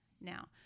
now